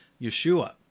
Yeshua